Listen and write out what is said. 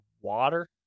water